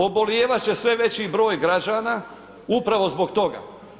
Obolijevat će sve veći broj građana upravo zbog toga.